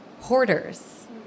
hoarders